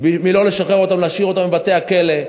לא לשחרר אותם, להשאיר אותם בבתי-הכלא.